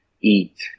eat